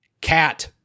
Cat